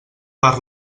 per